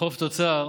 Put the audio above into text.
חוב תוצר.